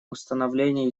установление